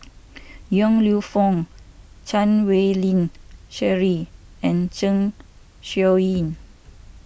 Yong Lew Foong Chan Wei Ling Cheryl and Zeng Shouyin